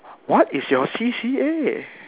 what is your C_C_A